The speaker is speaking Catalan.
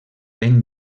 ben